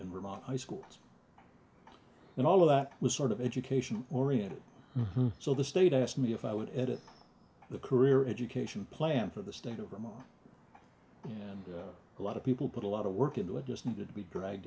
in vermont i schools and all of that was sort of education oriented so the state asked me if i would edit the career education plan for the state of vermont and a lot of people put a lot of work into it just needed to be dragged